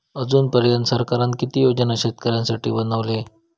अजून पर्यंत सरकारान किती योजना शेतकऱ्यांसाठी बनवले?